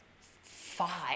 five